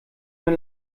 mir